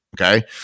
Okay